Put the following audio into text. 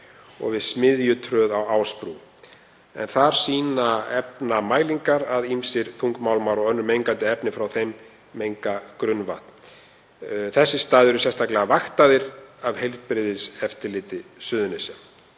og við Smiðjutröð á Ásbrú. Þar sýna efnamælingar að ýmsir þungmálmar og önnur mengandi efni frá þeim menga grunnvatn. Þessir staðir eru sérstaklega vaktaðir af Heilbrigðiseftirliti Suðurnesja.